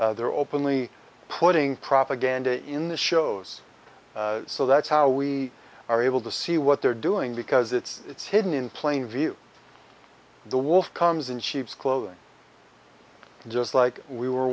there openly putting propaganda in the shows so that's how we are able to see what they're doing because it's hidden in plain view the wolf comes in sheep's clothing just like we were